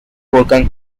volcán